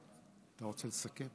כמו